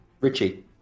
Richie